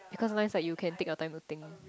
because nice what you can take your time to think